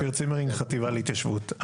אופיר צימרינג, החטיבה להתיישבות.